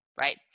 right